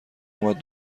اومد